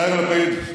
יאיר לפיד,